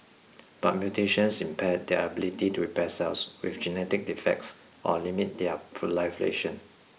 but mutations impair their ability to repair cells with genetic defects or limit their proliferation